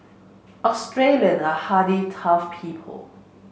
Australian are hardy tough people